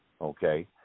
okay